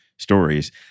Stories